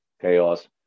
Chaos